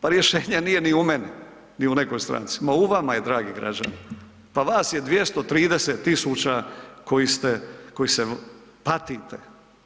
Pa rješenje nije ni u meni ni u nekoj stranci, ma u vama je dragi građani, pa vas je 230 tisuća koji se patite,